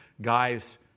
guys